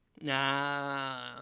Nah